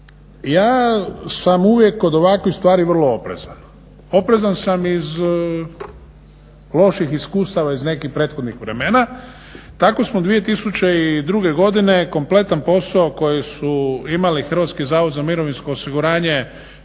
ja sam uvijek kod ovakvih stvari vrlo oprezan. Oprezan sam iz loših iskustava iz nekih prethodnih vremena. Tako smo 2002. godine kompletan posao koji su imali HZMO kako redovno zaposlenih